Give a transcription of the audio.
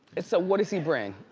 and so what does he bring?